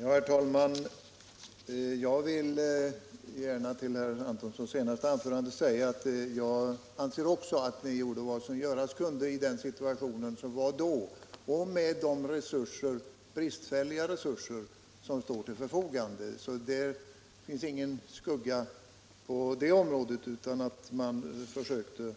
Herr talman! Jag vill gärna med anledning av herr Antonssons senaste inlägg säga att också jag anser att regeringen gjorde vad som kunde göras i den situation som uppstått och med de, bristfälliga, resurser som står till förfogande. I det avseendet vilar alltså ingen skugga över regeringen. Den handlade också snabbt. Det